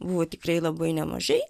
buvo tikrai labai nemažai